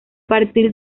partir